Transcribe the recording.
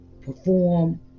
perform